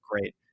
Great